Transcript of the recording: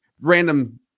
random